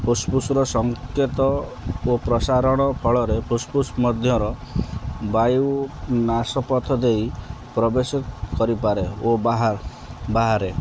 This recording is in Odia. ଫୁସ୍ଫୁସ୍ର ସଙ୍କେତ ଓ ପ୍ରସାରଣ ଫଳରେ ଫୁସ୍ଫୁସ୍ ମଧ୍ୟର ବାୟୁ ନାସାପଥ ଦେଇ ପ୍ରବେଶ କରିପାରେ ଓ ବାହାରେ ବାହାରେ